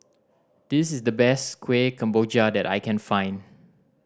this is the best Kueh Kemboja that I can find